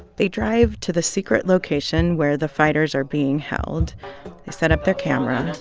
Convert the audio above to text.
they drive to the secret location where the fighters are being held. they set up their camera.